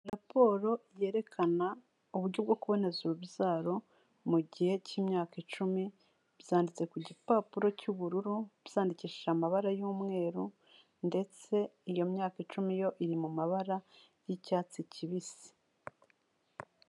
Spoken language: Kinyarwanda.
Raporo yerekana uburyo bwo kuboneza urubyaro mu gihe cy'imyaka icumi, byanditse ku gipapuro cy'ubururu byandikishije amabara y'umweru ndetse iyo myaka icumi yo iri mu mabara y'icyatsi kibisi.